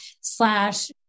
slash